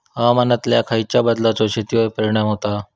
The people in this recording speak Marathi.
हवामानातल्या खयच्या बदलांचो शेतीवर परिणाम होता?